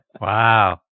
Wow